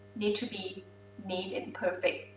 need to be neat and and perfect.